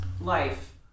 life